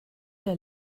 der